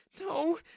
No